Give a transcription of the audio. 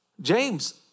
James